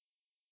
really